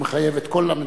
הוא מחייב את כל המדינה.